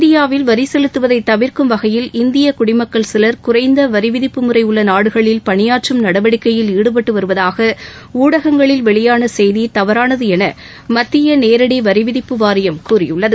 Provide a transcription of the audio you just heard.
இந்தியாவில் வரி செலுத்துவதை தவிர்க்கும் வகையில் இந்திய குடிமக்கள் சிலர் குறைந்த வரிவிதிப்பு முறை உள்ள நாடுகளில் பணியாற்றும் நடவடிக்கையில் ஈடுபட்டு வருவதாக ஊடகங்களில் வெளியான செய்தி தவறானது என மத்திய நேரடி வரிவிதிப்பு வாரியம் கூறியுள்ளது